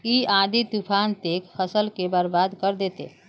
इ आँधी तूफान ते फसल के बर्बाद कर देते?